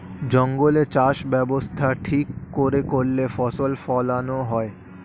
জঙ্গলে চাষ ব্যবস্থা ঠিক করে করলে ফসল ফোলানো হয়